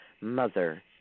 Mother